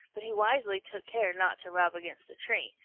but he wisely took care not to rub against the tree.